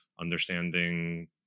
understanding